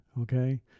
Okay